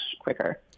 quicker